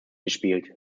gespielt